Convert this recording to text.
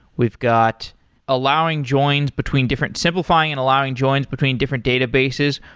we've got allowing joins between different simplifying and allowing joins between different databases.